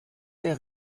der